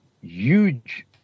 huge